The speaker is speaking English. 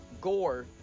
Gore